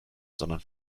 sondern